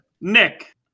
nick